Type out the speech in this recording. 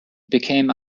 became